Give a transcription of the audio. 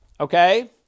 Okay